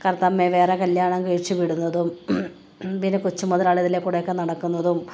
കറുത്തമ്മയെ വേറെ കല്യാണം കഴിച്ചുവിടുന്നതും പിന്നെ കൊച്ചുമുതലാളി ഇതിലേക്കൂടെയൊക്കെ നടക്കുന്നതും